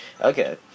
Okay